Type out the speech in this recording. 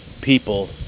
people